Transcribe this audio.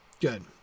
good